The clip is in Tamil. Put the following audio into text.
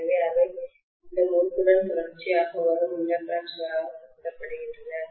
எனவே அவை இந்த முறுக்குடன் தொடர்ச்சியாக வரும் இண்டக்டன்ஸ்களாக குறிப்பிடப்படுகின்றன